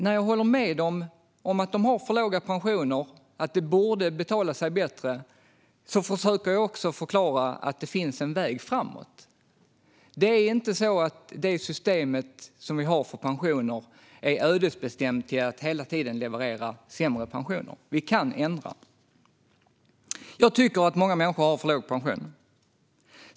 När jag håller med dem om att de har för låga pensioner och att det borde betala sig bättre försöker jag också förklara att det finns en väg framåt. Det system som vi har för pensioner är inte ödesbestämt till att hela tiden leverera sämre pensioner. Vi kan ändra det. Jag tycker att många människor har för låg pension.